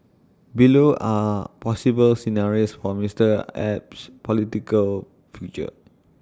below are possible scenarios for Mister Abe's political future